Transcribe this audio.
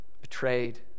Betrayed